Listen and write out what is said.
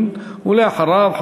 ו-1260.